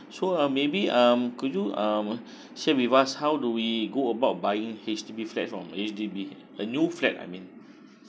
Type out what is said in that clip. so uh maybe um could you um share with us how do we go about buying H_D_B flat from H_D_B a new flat I mean